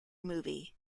movie